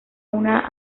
una